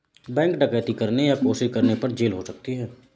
bank डकैती करने या कोशिश करने पर जेल हो सकती है